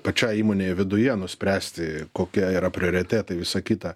pačiai įmonei viduje nuspręsti kokia yra prioritetai visa kita